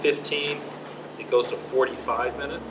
fifty it goes to forty five minutes